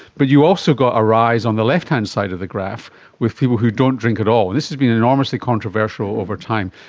but you also got a rise on the left-hand side of the graph with people who don't drink at all. this has been enormously controversial over time.